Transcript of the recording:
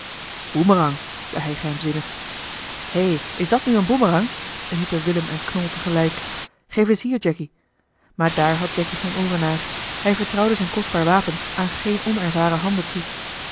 boemerang zei hij geheimzinnig hé is dat nu een boemerang riepen willem en knol tegelijk geef eens hier jacky maar daar had jacky geen ooren naar hij vertrouwde zijn kostbaar wapen aan geen onervaren handen toe